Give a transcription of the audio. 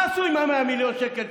מה עשו ב-100 מיליון שקל?